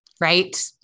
Right